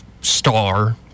star